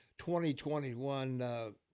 2021